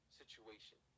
situation